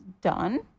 done